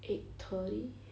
eight thirty